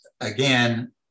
again